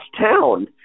town